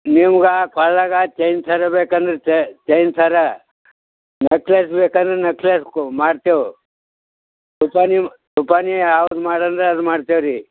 ನಿಮ್ಗೆ ಕೊರ್ಳಾಗ ಚೈನ್ ಸರ ಬೇಕು ಅಂದ್ರೆ ಚೈನ್ ಸರ ನೆಕ್ಲೇಸ್ ಬೇಕು ಅಂದ್ರೆ ನೆಕ್ಲೇಸ್ ಕೊ ಮಾಡ್ತೇವೆ ಯಾವ್ದು ಮಾಡಿ ಮಾಡಿ ಅಂದ್ರೆ ಅದು ಮಾಡ್ತೇವೆ ರೀ